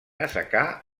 assecar